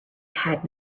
had